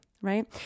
right